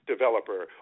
developer